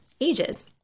ages